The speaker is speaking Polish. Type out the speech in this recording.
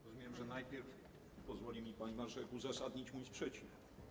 Rozumiem, że najpierw pozwoli mi pani marszałek uzasadnić sprzeciw.